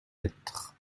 être